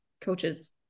coaches